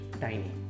tiny